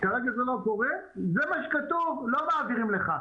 כרגע זה לא קורה, זה מה שכתוב, לא מעבירים לך.